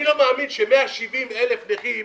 אני לא מאמין ש-170,000 נכים,